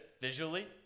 visually